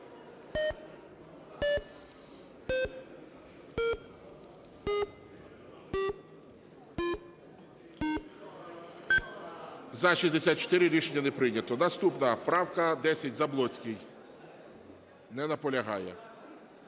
За-64 Рішення не прийнято. Наступна правка 10, Заблоцький. Не наполягає.